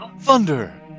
thunder